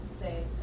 say